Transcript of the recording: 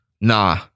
Nah